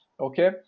okay